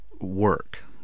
work